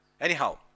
Anyhow